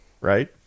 right